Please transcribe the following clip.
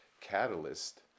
catalyst